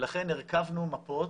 ולכן הרכבנו מפות